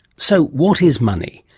so, what is money?